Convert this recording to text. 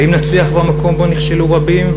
האם נצליח במקום שבו נכשלו רבים?